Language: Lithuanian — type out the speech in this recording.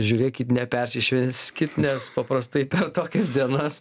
žiūrėkit nepersišvęskit nes paprastai tokias dienas